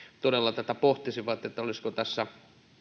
todella tätä pohtisivat olisiko tässä